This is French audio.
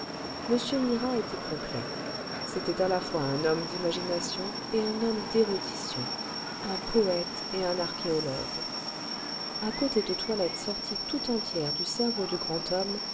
m mira était complet c'était à la fois un homme d'imagination et un homme d'érudition un poète et un archéologue a côté de toilettes sorties tout entières du cerveau du grand homme